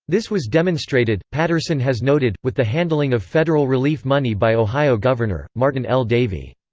this was demonstrated, patterson has noted, with the handling of federal relief money by ohio governor, martin l. davey.